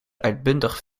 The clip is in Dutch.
uitbundig